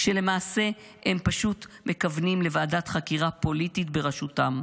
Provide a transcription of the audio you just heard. כשלמעשה הם פשוט מכוונים לוועדת חקירה פוליטית בראשותם.